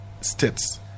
states